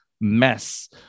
mess